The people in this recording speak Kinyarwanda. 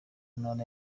ntara